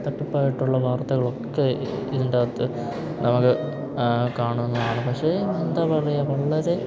തട്ടിപ്പായിട്ടുള്ള വാർത്തകളൊക്കെ ഇതിൻറ്റാത്ത് നമുക്ക് കാണുന്നതാണ് പക്ഷേ എന്താ പറയുക വളരെ